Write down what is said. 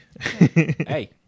Hey